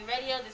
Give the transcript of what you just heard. radio